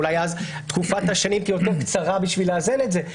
אולי אז תקופת השנים תהיה יותר קצרה בשביל לאזן את זה,